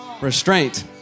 Restraint